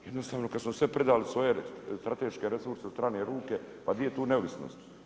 Jednostavno kad smo sve predali svoje strateške resurse u strane ruke, pa di je tu neovisnost.